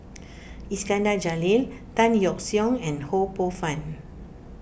Iskandar Jalil Tan Yeok Seong and Ho Poh Fun